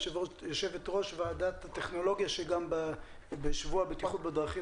יו"ר ועדת הטכנולוגיה שגם בשבוע הבטיחות בדרכים